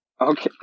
Okay